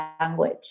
language